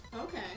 Okay